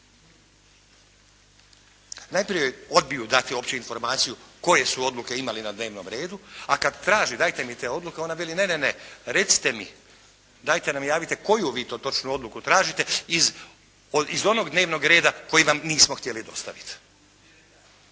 Najprije joj odbiju dati uopće informaciju koje su odluke imali na dnevnom redu a kad traži dajte mi te odluke ona veli ne recite, dajte nam javite koju vi to točno odluku tražite iz onog dnevnog reda koji vam nismo htjeli dostaviti.